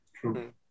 true